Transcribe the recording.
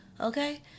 okay